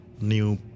new